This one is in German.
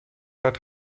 hat